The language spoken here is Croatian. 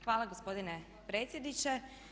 Hvala gospodine predsjedniče.